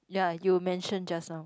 ya you've mentioned just now